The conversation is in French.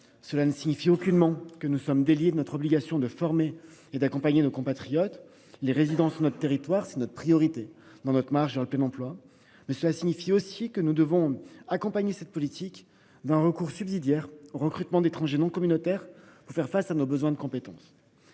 Cela ne signifie aucunement que nous sommes de notre obligation de former et d'accompagner nos compatriotes les résidences notre territoire, c'est notre priorité dans notre marche vers le plein emploi, mais cela signifie aussi que nous devons accompagner cette politique d'un recours subsidiaire recrutement d'étrangers non communautaires pour faire face à nos besoins de compétences.